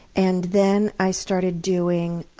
and then i started doing